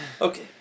Okay